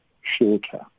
shorter